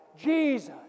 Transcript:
Jesus